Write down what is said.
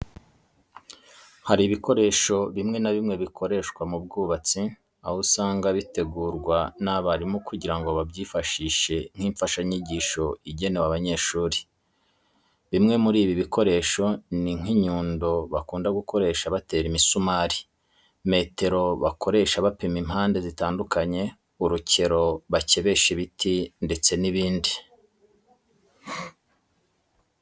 Hari ibikoresho bimwe na bimwe bikoreshwa mu bwubatsi, aho usanga bitegurwa n'abarimu kugira ngo babyifashishe nk'imfashanyigisho igenewe abanyeshuri. Bimwe muri ibi bikoresho ni nk'inyundo bakunda gukoresha batera imisumari, metero bakoresha bapima impande zitandukanye, urukero bakebesha ibiti ndetse n'ibindi.